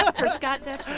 ah for scott detrow